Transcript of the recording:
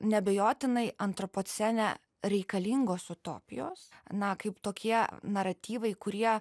neabejotinai antropocene reikalingos utopijos na kaip tokie naratyvai kurie